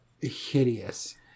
hideous